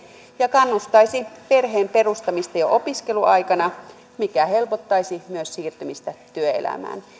ja kannustaisi perheen perustamiseen jo opiskeluaikana mikä helpottaisi myös siirtymistä työelämään